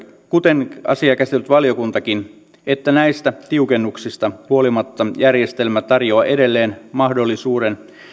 kuten asiaa käsitellyt valiokuntakin että näistä tiukennuksista huolimatta järjestelmä tarjoaa edelleen mahdollisuuden